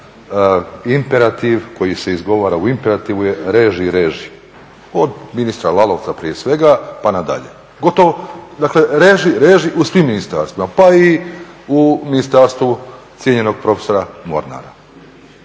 imperativ koji se izgovara u imperativu je reži, reži od ministra Lalovca prije svega pa na dalje. Gotovo, dakle reži, reži u svim ministarstvima pa i u ministarstvu cijenjenog profesora Mornara.